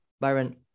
Byron